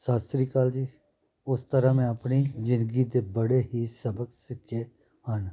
ਸਤਿ ਸ਼੍ਰੀ ਅਕਾਲ ਜੀ ਉਸ ਤਰ੍ਹਾਂ ਮੈਂ ਆਪਣੀ ਜ਼ਿੰਦਗੀ ਤੋਂ ਬੜੇ ਹੀ ਸਬਕ ਸਿੱਖੇ ਹਨ